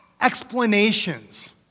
explanations